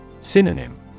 Synonym